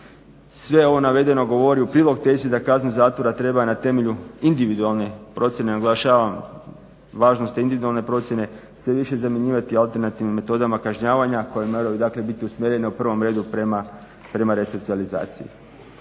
Sve ovo navedeno govori u prilog tezi da kazne zatvora treba na temelju individualne procjene, naglašavam važnost individualne procjene, sve više zamjenjivati alternativnim metodama kažnjavanja koje moraju biti usmjerene u prvom redu prema resocijalizaciji.